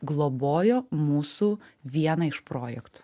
globojo mūsų vieną iš projektų